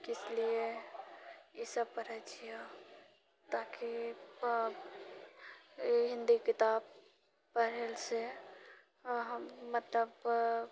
किसलिए ई सभ पढ़ए छिऔ ताकि पऽ हिन्दी किताब पढ़ैसँ हम मतलब